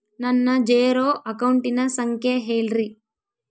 ನನ್ನ ಜೇರೊ ಅಕೌಂಟಿನ ಸಂಖ್ಯೆ ಹೇಳ್ರಿ?